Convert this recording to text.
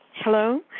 Hello